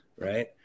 Right